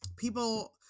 People